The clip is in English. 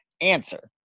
answer